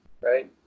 Right